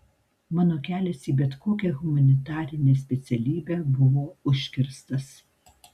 mano kelias į bet kokią humanitarinę specialybę buvo užkirstas